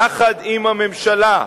יחד עם הממשלה,